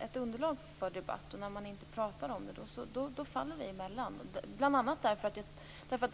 ett underlag för debatt om en fråga och man inte talar om den, så faller den undan.